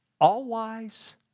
all-wise